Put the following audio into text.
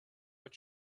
were